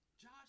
Josh